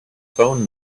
phone